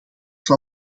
van